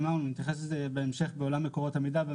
אמרנו שנתייחס לזה בהמשך בעולם מקורות המידע.